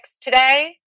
today